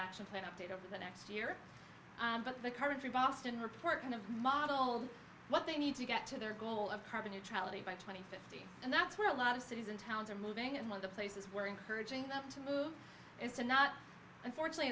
action plan update over the next year but the current three boston report kind of model what they need to get to their goal of carbon neutrality by two thousand and fifteen and that's where a lot of cities and towns are moving and one of the places where encouraging them to move is to not unfortunately